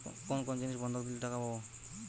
কোন কোন জিনিস বন্ধক দিলে টাকা পাব?